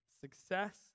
success